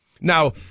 Now